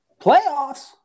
Playoffs